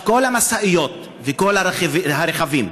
כל המשאיות וכל הרכבים